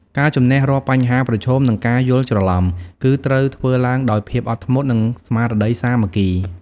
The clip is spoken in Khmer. ការជម្នះរាល់បញ្ហាប្រឈម និងការយល់ច្រឡំ គឺត្រូវធ្វើឡើងដោយភាពអត់ធ្មត់ និងស្មារតីសាមគ្គី។